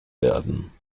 werden